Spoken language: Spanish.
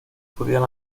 podían